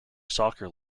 soccer